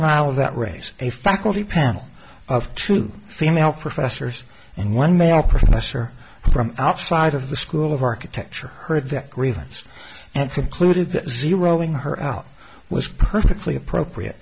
denial of that race a faculty panel of two female professors and one male professor from outside of the school of architecture heard that grievance and concluded that zeroing her out was perfectly appropriate